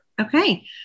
Okay